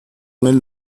when